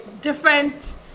different